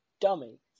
dummy